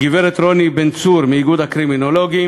הגברת רוני בן-צור מאיגוד הקרימינולוגים,